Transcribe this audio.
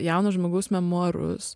jauno žmogaus memuarus